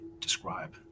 describe